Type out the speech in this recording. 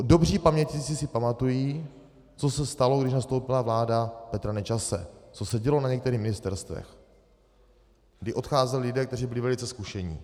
Dobří pamětníci si pamatují, co se stalo, když nastoupila vláda Petra Nečase, co se dělo na některých ministerstvech, kdy odcházeli lidé, kteří byli velice zkušení.